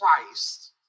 Christ